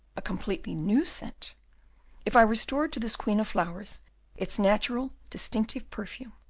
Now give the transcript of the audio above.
a completely new scent if i restored to this queen of flowers its natural distinctive perfume,